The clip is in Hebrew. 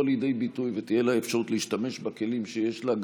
לידי ביטוי ותהיה לה אפשרות להשתמש בכלים שיש לה,